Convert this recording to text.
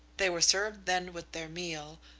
they were served then with their meal,